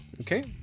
Okay